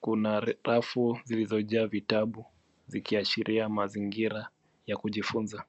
kuna rafu zilizojaa vitabu zikiashiria mazingira ya kujifunza.